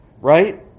right